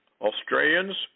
Australians